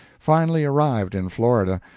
finally arrived in florida,